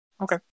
Okay